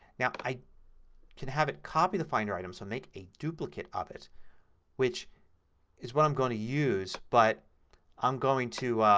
now i can have it copy the finder item so make a duplicate of it which is what i'm going to use but i'm going to,